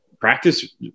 practice